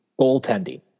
goaltending